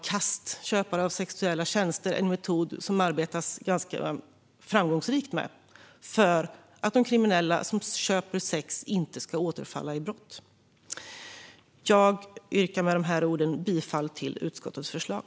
KAST, köpare av sexuella tjänster, är en metod som man arbetar ganska framgångsrikt med för att de kriminella som köper sex inte ska återfalla i brott. Jag yrkar härmed bifall till utskottets förslag.